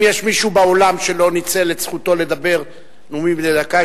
אם יש מישהו באולם שלא ניצל את זכותו לדבר בנאומים בני דקה,